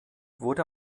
wurde